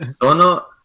Tono